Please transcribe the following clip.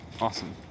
Awesome